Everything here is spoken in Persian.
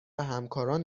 همکاران